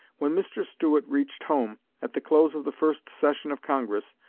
when mr. stuart reached home, at the close of the first session of congress,